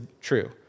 true